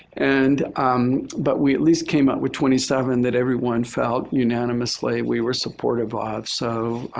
and but we at least came up with twenty seven that everyone felt unanimously we were supportive of. so,